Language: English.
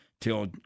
till